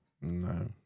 No